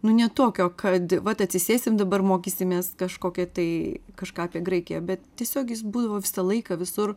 nu ne tokio kad vat atsisėsim dabar mokysimės kažkokį tai kažką apie graikiją bet tiesiog jis būdavo visą laiką visur